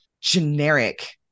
generic